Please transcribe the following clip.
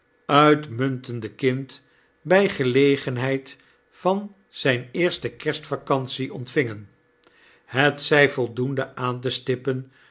uitmuntende kind by gelegenheid van zyne eerste kerstvacantie ontvingen het zij voldoende aan te stippen